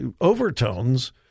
overtones